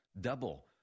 double